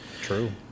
true